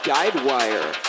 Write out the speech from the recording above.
Guidewire